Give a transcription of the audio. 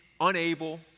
unable